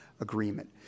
agreement